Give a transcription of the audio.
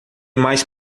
mais